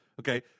Okay